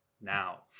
now